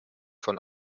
von